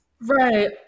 Right